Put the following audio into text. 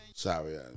Sorry